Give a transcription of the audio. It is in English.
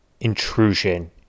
intrusion